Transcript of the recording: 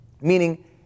Meaning